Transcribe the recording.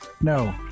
No